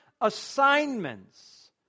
assignments